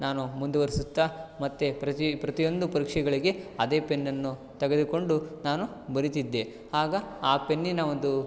ನಾನು ಮುಂದುವರೆಸುತ್ತಾ ಮತ್ತೆ ಪ್ರತಿ ಪ್ರತಿಯೊಂದು ಪರೀಕ್ಷೆಗಳಿಗೆ ಅದೇ ಪೆನ್ನನ್ನು ತೆಗೆದುಕೊಂಡು ನಾನು ಬರೀತಿದ್ದೆ ಆಗ ಆ ಪೆನ್ನಿನ ಒಂದು